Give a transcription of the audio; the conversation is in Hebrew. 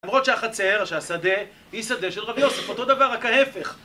למרות שהחצר, או שהשדה, היא שדה של רבי יוסף. אותו דבר, רק ההפך.